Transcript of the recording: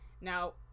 Now